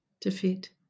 Defeat